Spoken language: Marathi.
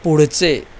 पुढचे